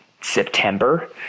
September